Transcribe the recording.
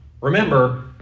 Remember